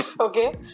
Okay